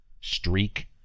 streak